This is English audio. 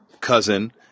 cousin